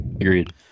Agreed